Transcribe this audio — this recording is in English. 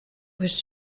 was